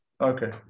Okay